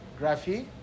Graphi